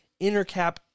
Intercap